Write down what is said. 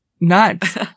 nuts